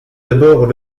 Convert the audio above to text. d’abord